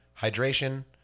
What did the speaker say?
Hydration